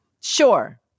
Sure